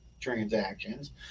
transactions